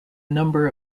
number